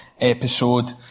episode